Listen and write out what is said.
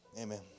Amen